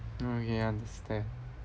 okay understand